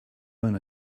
one